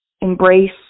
Embrace